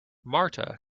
marta